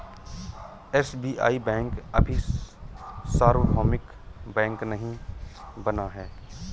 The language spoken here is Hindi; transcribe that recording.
एस.बी.आई बैंक अभी सार्वभौमिक बैंक नहीं बना है